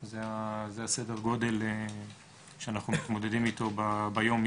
זה בצד האדום, בצד המצרי.